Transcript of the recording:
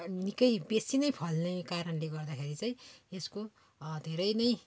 निकै बेसी नै फल्ने कारणले गर्दाखेरि चाहिँ यसको धेरै नै